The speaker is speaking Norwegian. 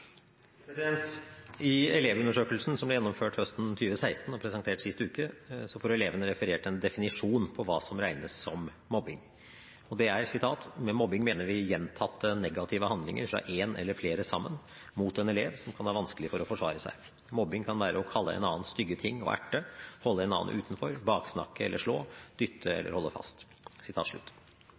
I Elevundersøkelsen, som ble gjennomført høsten 2016 og presentert sist uke, får elevene referert en definisjon på hva som regnes som mobbing: «Med mobbing mener vi gjentatte negative handlinger fra en eller flere sammen, mot en elev som kan ha vanskelig for å forsvare seg. Mobbing kan være å kalle en annen stygge ting og erte, holde en annen utenfor, baksnakke eller slå, dytte eller holde fast.»